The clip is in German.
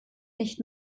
nicht